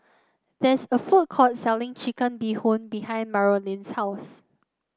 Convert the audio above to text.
there is a food court selling Chicken Bee Hoon behind Marolyn's house